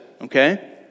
Okay